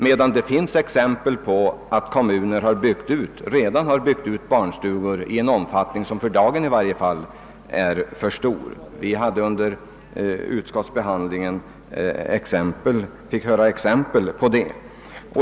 Det ligger i familjedaghemmens natur. Det är också relativt lätt att minska omfattning av dem. Däremot finns exempel på kommuner som redan uppfört barnstugor, som i varje fall för dagen ter sig för stora; under utskottsbehandlingen lämnades exempel på det.